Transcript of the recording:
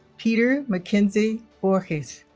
peter mackenzie borges